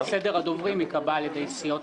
סדר הדוברים ייקבע על-ידי סיעות